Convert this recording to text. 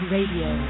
Radio